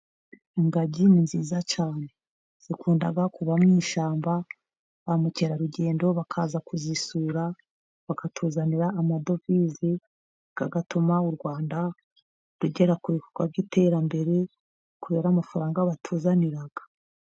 Ingagi ni nziza cyane zikunda kuba mu ishyamba. Ba mukerarugendo bakaza kuzisura bakatuzanira amadovize agatuma u Rwanda rugera ku bikorwa by'iterambere kubera amafaranga batuzanira.